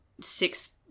Six